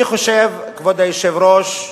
אני חושב, כבוד היושב-ראש,